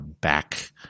back